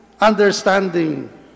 understanding